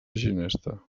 ginesta